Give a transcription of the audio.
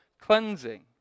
cleansing